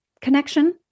connection